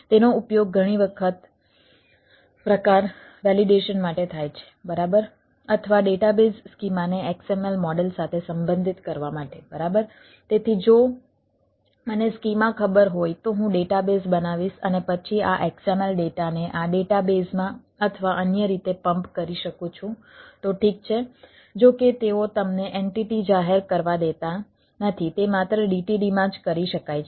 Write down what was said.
તેનો ઉપયોગ ઘણી વખત પ્રકાર વેલીડેશન માટે થાય છે બરાબર અથવા ડેટા બેઝ જાહેર કરવા દેતા નથી તે માત્ર DTD માં જ કરી શકાય છે